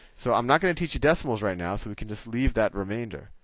so i'm not going to teach you decimals right now, so we can just leave that remainder.